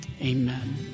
Amen